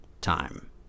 time